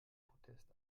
protest